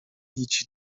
هیچی